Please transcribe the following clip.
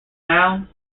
nouns